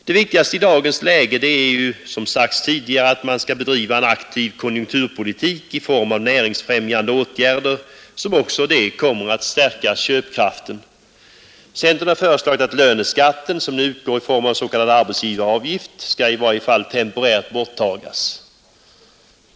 Det viktigaste som sagts i dagens läge är att man skall bedriva en aktiv konjunkturpolitik i form av näringsfrämjande åtgärder, som också de kommer att stärka köpkraften. Centern har föreslagit att löneskatten, som nu utgår i form av s.k. arbetsgivaravgift, skall i varje fall temporärt borttagas.